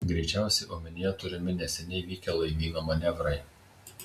greičiausiai omenyje turimi neseniai vykę laivyno manevrai